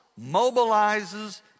mobilizes